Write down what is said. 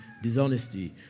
dishonesty